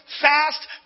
fast